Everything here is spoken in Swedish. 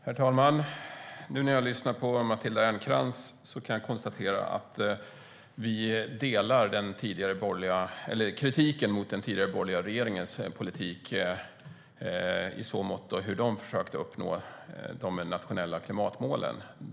Herr talman! När jag lyssnar på Matilda Ernkrans kan jag konstatera att vi delar kritiken mot den tidigare borgerliga regeringens politik i fråga om hur den försökte uppnå de nationella klimatmålen.